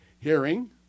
hearing